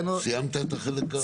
סיימת את החלק?